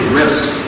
risks